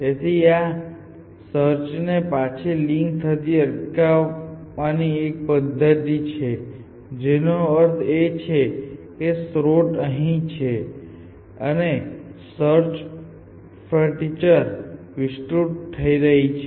તેથી આ તે સર્ચ ને પાછી લીક થતી અટકાવવાની એક પદ્ધતિ છે જેનો અર્થ એ છે કે સ્ત્રોત અહીં છે અને સર્ચ ફ્રન્ટીયર વિસ્તૃત થઈ રહી છે